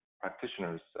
practitioners